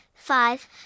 Five